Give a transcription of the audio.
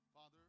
Father